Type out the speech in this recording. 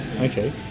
okay